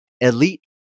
elite